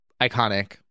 Iconic